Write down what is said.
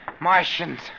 Martians